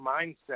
mindset